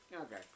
Okay